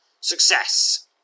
Success